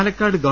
പാലക്കാട് ഗവ